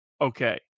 okay